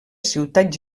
ciutat